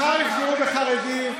מחר יפגעו בחרדים,